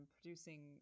producing